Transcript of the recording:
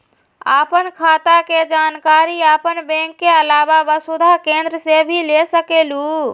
आपन खाता के जानकारी आपन बैंक के आलावा वसुधा केन्द्र से भी ले सकेलु?